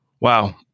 Wow